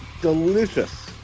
delicious